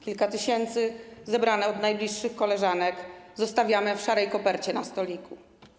Kilka tysięcy zebrane od najbliższych koleżanek zostawiamy w szarej kopercie na stoliku.